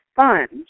sponge